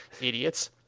Idiots